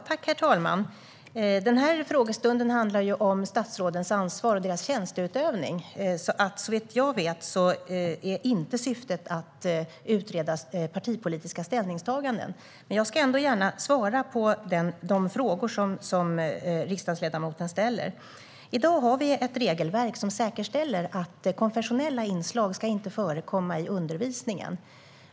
Herr talman! Frågestunden handlar om statsrådens ansvar och deras tjänsteutövning. Såvitt jag vet är inte syftet att utreda partipolitiska ställningstaganden. Men jag svarar ändå gärna på de frågor som riksdagsledamoten ställer. I dag har vi ett regelverk som säkerställer att konfessionella inslag inte ska förekomma i undervisningen.